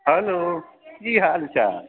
hello की हाल चाल